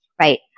Right